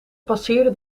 passeerden